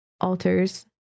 altars